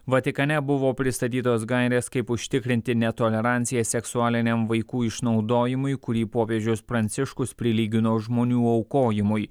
vatikane buvo pristatytos gairės kaip užtikrinti netoleranciją seksualiniam vaikų išnaudojimui kurį popiežius pranciškus prilygino žmonių aukojimui